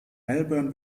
melbourne